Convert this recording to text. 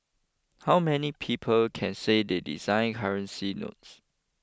how many people can say they designed currency notes